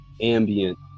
ambient